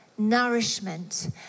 nourishment